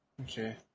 Okay